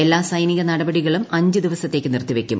എല്ലാ സൈനിക നടപപടികളും അഞ്ച് ദിവസത്തേക്ക് നിർത്തിവയ്ക്കും